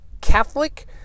Catholic